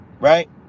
right